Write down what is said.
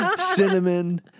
Cinnamon